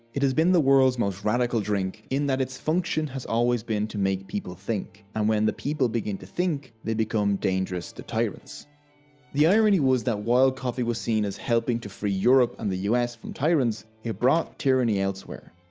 it has been the world's most radical drink in that its function has always been to make people think. and when the people began to think, they became dangerous to the irony was that while coffee was seen as helping to free europe and the us from tyrants, it brought tyranny elsewhere.